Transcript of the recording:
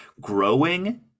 growing